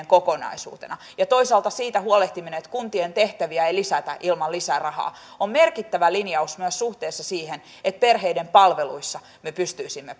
kokonaisuutena ja toisaalta siitä huolehtiminen että kuntien tehtäviä ei lisätä ilman lisärahaa on merkittävä linjaus myös suhteessa siihen että perheiden palveluissa me pystyisimme